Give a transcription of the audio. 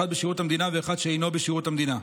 אחד בשירות המדינה ואחד שאינו בשירות המדינה.